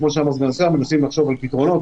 כמו שאמר סגן השר, אנחנו מנסים לחשוב על פתרונות.